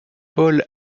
paul